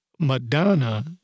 Madonna